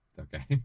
okay